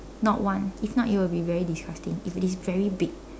not one if not it will be very disgusting if it is very big